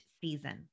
season